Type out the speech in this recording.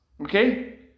okay